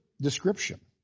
description